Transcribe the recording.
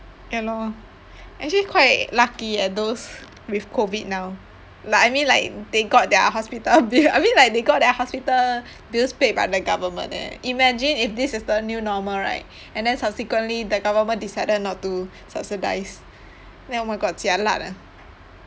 ya lor actually quite lucky eh those with COVID now like I mean like they got their hospital bill I mean like they got their hospital bills paid by the government eh imagine if this is the new normal right and then subsequently the government decided not to subsidise then oh my god jialat ah